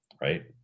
right